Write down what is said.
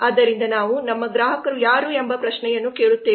ಆದ್ದರಿಂದ ನಾವು ನಮ್ಮ ಗ್ರಾಹಕರು ಯಾರು ಎಂಬ ಪ್ರಶ್ನೆಯನ್ನು ಕೇಳುತ್ತೇವೆ